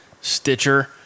stitcher